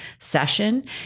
session